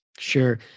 Sure